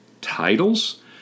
titles